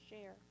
share